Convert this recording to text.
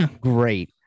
Great